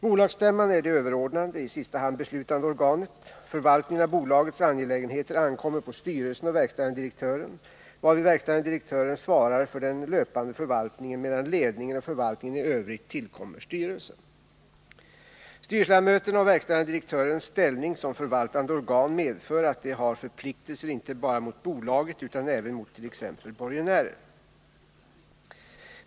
Bolagsstämman är det överordnade, i sista hand beslutande organet. Förvaltningen av bolagets angelägenheter ankommer på styrelsen och verkställande direktören, varvid verkställande direktören svarar för den löpande förvaltningen, medan ledningen och förvaltningen i övrigt tillkommer styrelsen. Styrelseledamöternas och verkställande direktörens ställning som förvaltande organ medför att de har förpliktelser inte bara mot bolaget utan även mot t.ex. borgenärer.